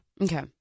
Okay